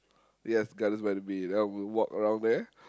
yes Gardens-by-the-Bay then we will walk around there